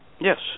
Yes